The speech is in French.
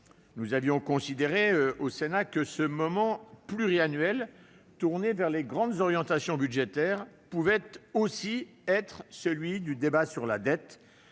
nous avions considéré que ce moment « pluriannuel », consacré aux grandes orientations budgétaires, pouvait aussi être celui du débat sur la dette,